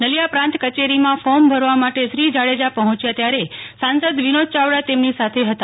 નલિયા પ્રાંત કચેરીમાં ફોર્મ ભરવા માટે શ્રી જાડેજા પહોંચ્યા ત્યારે સાંસદ વિનોદ યાવડા તેમની સાથે હતા